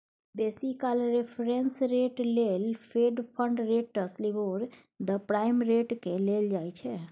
बेसी काल reference rate लेल Fed fund rates, LIBOR, the prime रेटकेँ लेल जाइ छै